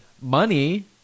money